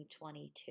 2022